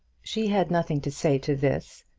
she had nothing to say to this,